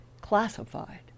classified